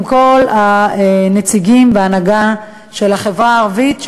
עם כל הנציגים וההנהגה של החברה הערבית,